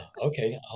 Okay